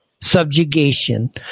subjugation